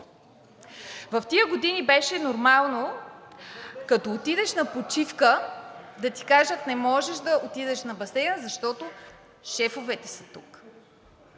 В тези години беше нормално, като отидеш на почивка да ти кажат: „Не можеш да отидеш на басейна, защото шефовете са тук.”